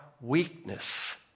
weakness